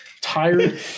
Tired